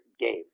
game